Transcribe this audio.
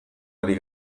ari